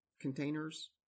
containers